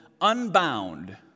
unbound